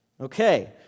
Okay